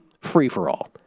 free-for-all